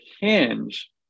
hinge